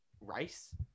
Rice